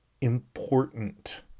important